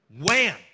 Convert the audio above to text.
Wham